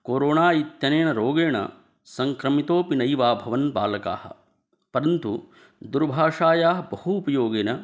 corona इत्यनेन रोगेण सङ्क्रमितोपि नैवाभवन् बालकाः परन्तु दूरभाषायाः बहूपयोगेन